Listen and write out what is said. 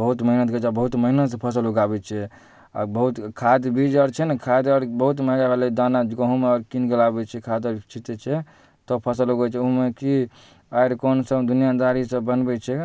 बहुत मेहनति करै छै आओर बहुत मेहनतिसँ फसिल उगाबै छै आओर बहुत खाद बीज आओर छै ने खाद आओर बहुत महगा भेलै दाना गहूम आओर कीनिकऽ लाबै छै खाद आओर छिटै छै तऽ फसल उगै छै ओहुमे कि आड़ि कोनसब दुनिआदारीसब बनबै छै